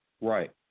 Right